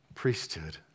Priesthood